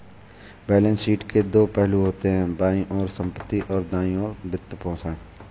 balance sheet के दो पहलू होते हैं, बाईं ओर संपत्ति, और दाईं ओर वित्तपोषण